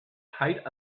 height